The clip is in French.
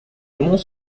mont